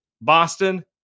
Boston